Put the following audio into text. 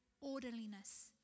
orderliness